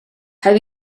have